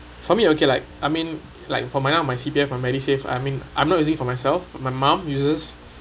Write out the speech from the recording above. for me okay like I mean like for my now my C_P_F or medisave I mean I'm not using for myself but my mom uses